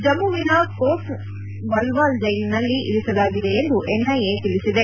ಜಮ್ಮುವಿನ ಕೋಟ್ ಬಲ್ಲಾಲ್ ಜೈಲಿನಲ್ಲಿ ಇರಿಸಲಾಗಿದೆ ಎಂದು ಎನ್ಐಎ ತಿಳಿಸಿದೆ